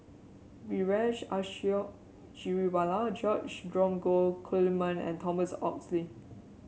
Vijesh Ashok Ghariwala George Dromgold Coleman and Thomas Oxley